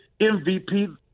MVP